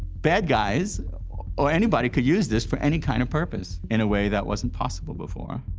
bad guys or anybody could use this for any kind of purpose in a way that wasn't possible before.